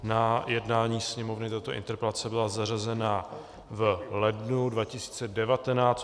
Na jednání Sněmovny tato interpelace byla zařazena v lednu 2019.